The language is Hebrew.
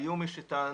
היו מי שטענו,